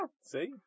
See